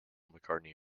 mccartney